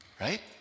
Right